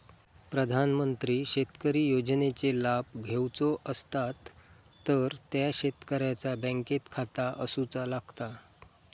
प्रधानमंत्री शेतकरी योजनेचे लाभ घेवचो असतात तर त्या शेतकऱ्याचा बँकेत खाता असूचा लागता